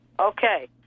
Okay